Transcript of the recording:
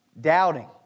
doubting